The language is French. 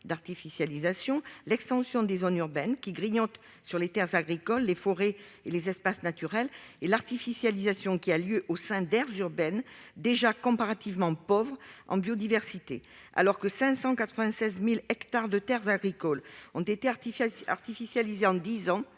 d'artificialisation, l'extension des zones urbaines, qui grignote les terres agricoles, les forêts et les espaces naturels, et l'artificialisation qui a lieu au sein d'aires urbaines déjà comparativement pauvres en biodiversité. Alors que 596 000 hectares de terres agricoles ont été artificialisés en dix ans,